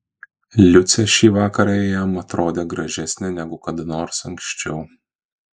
liucė šį vakarą jam atrodė gražesnė negu kada nors anksčiau